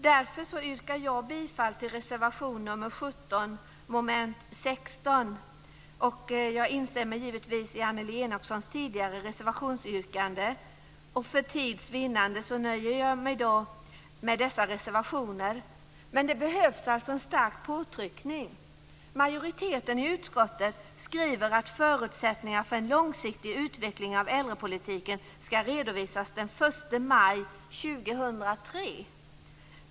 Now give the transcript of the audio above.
Därför yrkar jag bifall till reservation nr 17, under mom. 16. Jag instämmer givetvis i Annelie Enochsons tidigare reservationsyrkande. För tids vinnande nöjer jag mig i dag med dessa reservationer. Men det behövs alltså en stark påtryckning. Majoriteten i utskottet skriver att förutsättningar för en långsiktig utveckling av äldrepolitiken ska redovisas den 1 maj 2003.